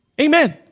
Amen